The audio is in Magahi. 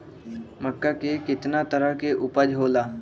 मक्का के कितना तरह के उपज हो ला?